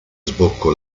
sbocco